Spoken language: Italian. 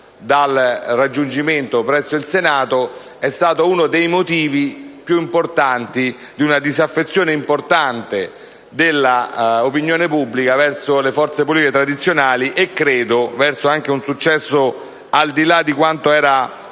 dal raggiungimento presso il Senato, è stata uno dei motivi fondamentali di una disaffezione importante dell'opinione pubblica verso le forze politiche tradizionali, e credo anche del successo, al di là di quanto